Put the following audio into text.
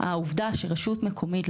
העובדה שרשות מקומית,